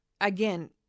Again